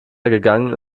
gegangen